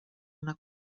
una